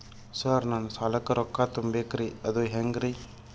Sir ನನ್ನ ಸಾಲಕ್ಕ ರೊಕ್ಕ ತುಂಬೇಕ್ರಿ ಅದು ಹೆಂಗ್ರಿ?